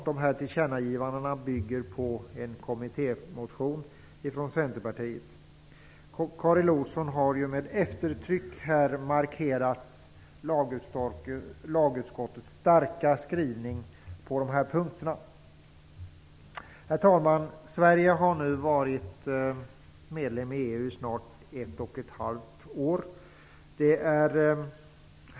De här tillkännagivandena bygger på en kommittémotion från Centerpartiet. Karin Olsson har med eftertryck markerat lagutskottets starka skrivning på de här punkterna. Herr talman! Sverige har nu varit medlem i EU i snart ett och ett halvt år.